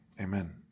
amen